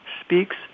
Speaks